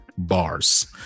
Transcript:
Bars